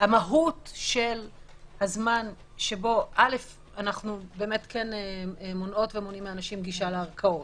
המהות של הזמן של הזמן שבו אנו מונעים מאנשים גישה לערכאות.